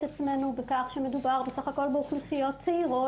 עצמנו בכך שמדובר בסך הכל באוכלוסיות צעירות,